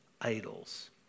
idols